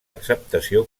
acceptació